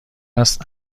است